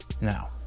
Now